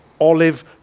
olive